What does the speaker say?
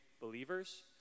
believers